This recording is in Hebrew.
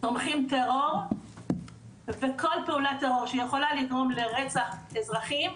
תומכים טרור וכל פעולת טרור שיכולה לגרום לרצח אזרחים,